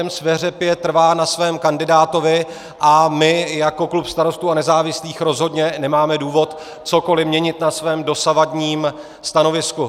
KSČM sveřepě trvá na svém kandidátovi a my jako klub Starostů a nezávislých rozhodně nemáme důvod cokoli měnit na svém dosavadním stanovisku.